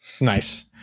Nice